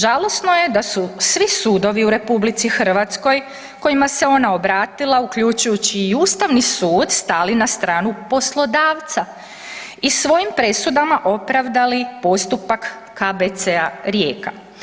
Žalosno je da su svi sudovi u RH kojima se ona obratila, uključujući i Ustavni sud, stali na stranu poslodavca i svojim presudama opravdali postupak KBC-a Rijeka.